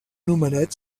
nomenat